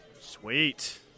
Sweet